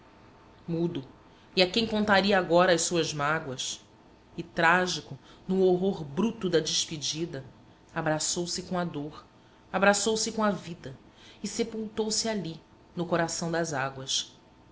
mudo e a quem contaria agora as suas mágoas e trágico no horror brutoda despedida abraçou-se com a dor abraçou-se com a vida e sepultou se ali no coração das águas